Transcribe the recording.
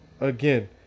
again